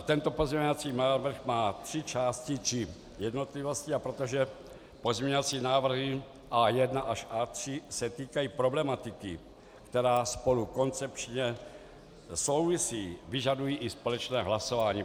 Tento pozměňovací návrh má tři části, tři jednotlivosti, a protože pozměňovací návrhy A1 až A3 se týkají problematiky, která spolu koncepčně souvisí, vyžadují i společné hlasování.